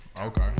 okay